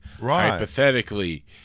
hypothetically